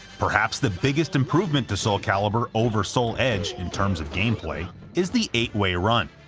perhaps the biggest improvement to soul calibur over soul edge in terms of gameplay is the eight way run,